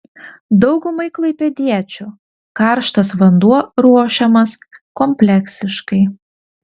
daugumai klaipėdiečių karštas vanduo ruošiamas kompleksiškai